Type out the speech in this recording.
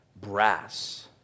brass